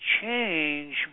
change